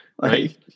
Right